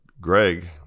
greg